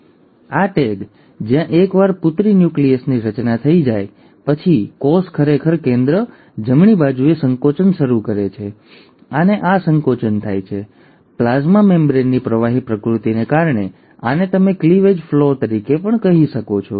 હવે આ ટેગ જ્યાં એકવાર પુત્રી ન્યુક્લિયસની રચના થઈ જાય પછી કોષ ખરેખર કેન્દ્ર જમણી બાજુએ સંકોચન શરૂ કરે છે અને આ સંકોચન થાય છે પ્લાઝ્મા મેમ્બ્રેનની પ્રવાહી પ્રકૃતિને કારણે આને તમે ક્લીવેજ ફર્લો તરીકે પણ કહો છો